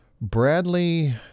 Bradley